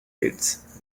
its